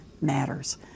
matters